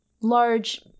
large